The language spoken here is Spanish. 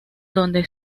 donde